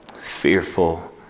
Fearful